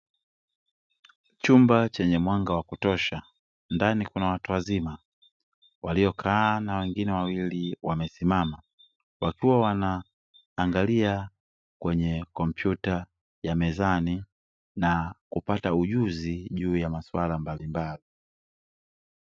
Chumba chenye mwanga wa kutosha, ndani kuna watu wazima waliokaa na wengine wawili wamesimama wakiwa wanaangalia kwenye kompyuta mezani na kupata ujuzi juu ya masuala mbalimbali.